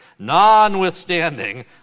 Nonwithstanding